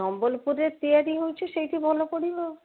ସମ୍ବଲପୁରରେ ତିଆରି ହେଉଛି ସେଇଠି ଭଲ ପଡ଼ିବ ଆଉ